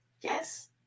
Yes